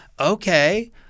okay –